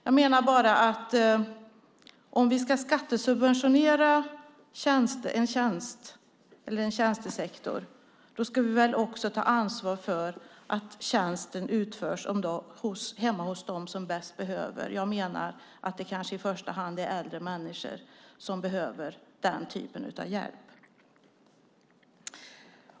Jag menar bara att om vi ska skattesubventionera en tjänstesektor ska vi också ta ansvar för att tjänsten i fråga utförs hemma hos dem som bäst behöver den. Jag menar att det i första hand kanske är äldre människor som behöver den typen av hjälp.